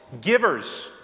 Givers